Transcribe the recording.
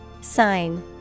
Sign